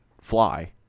fly